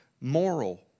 moral